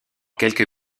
quelques